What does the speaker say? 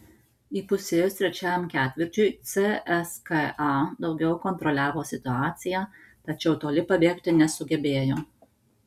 įpusėjus trečiajam ketvirčiui cska daugiau kontroliavo situaciją tačiau toli pabėgti nesugebėjo